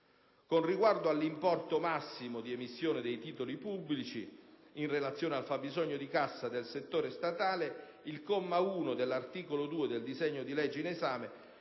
Con riguardo all'importo massimo di emissione dei titoli pubblici, in relazione al fabbisogno di cassa del settore statale, il comma 1 dell'articolo 2 del disegno di legge in esame